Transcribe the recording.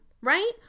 right